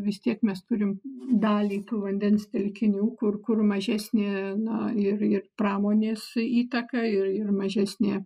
vis tiek mes turim dalį vandens telkinių kur kur mažesnė na ir ir pramonės įtaka ir ir mažesnė